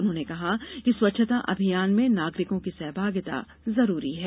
उन्होंने कहा कि स्वच्छता अभियान में नागरिकों की सहभागिता जरूरी है